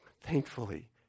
thankfully